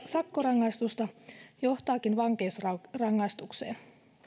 sakkorangaistusta johtaakin vankeusrangaistukseen